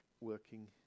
working